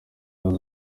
uyu